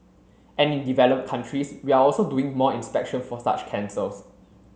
and in developed countries we are also doing more inspection for such cancers